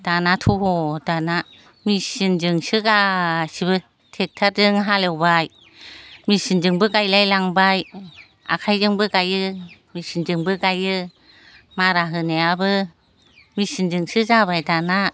दानाथ' दाना मेचिनजोंसो गासिबो ट्रेक्टरजों हालएवबाय मेचिनजोंबो गायलाय लांबाय आखाइजोंबो गाइयो मेचिनजोंबो गायो मारा होनायाबो मेचिनजोंसो जाबाय दाना